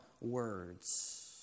words